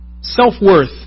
Self-worth